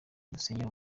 dusenyera